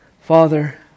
Father